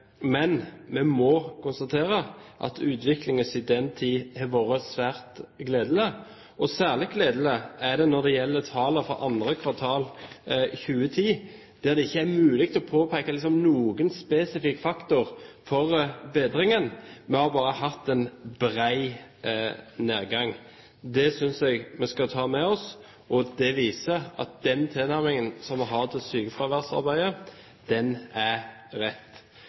men vi må konstatere at utviklingen siden den tiden har vært svært gledelig. Særlig gledelig er tallene fra andre kvartal 2010. Det ikke er mulig å peke på noen slags spesifikk faktor for bedringen, vi har bare hatt en stor nedgang. Det synes jeg vi skal ta med oss. Det viser at den tilnærmingen som vi har til sykefraværsarbeidet, er rett.